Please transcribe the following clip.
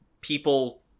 people